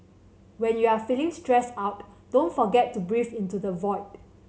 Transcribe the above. when you are feeling stressed out don't forget to breathe into the void